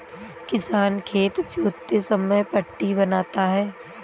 किसान खेत जोतते समय पट्टी बनाता है